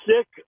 sick